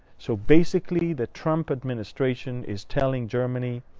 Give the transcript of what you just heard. so basically, the trump administration is telling germany,